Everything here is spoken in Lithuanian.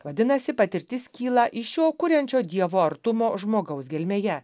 vadinasi patirtis kyla iš šio kuriančio dievo artumo žmogaus gelmėje